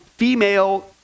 female